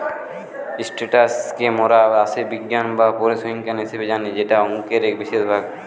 status কে মোরা রাশিবিজ্ঞান বা পরিসংখ্যান হিসেবে জানি যেটা অংকের এক বিশেষ ভাগ